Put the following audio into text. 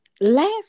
last